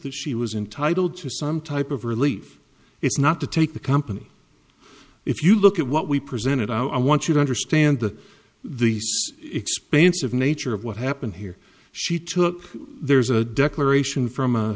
that she was entitle to some type of relief it's not to take the company if you look at what we presented i want you to understand the expanse of nature of what happened here she took there's a declaration from a